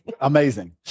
Amazing